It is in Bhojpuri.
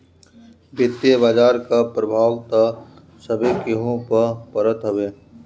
वित्तीय बाजार कअ प्रभाव तअ सभे केहू पअ पड़त हवे